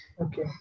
Okay